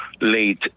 late